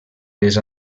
les